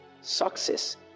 success